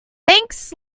thanks